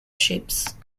ships